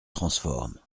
transforment